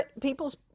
people's